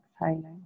exhaling